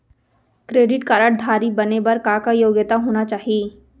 Credit card धारी बने बर का का योग्यता होना चाही?